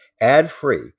ad-free